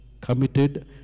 committed